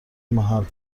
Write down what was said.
محل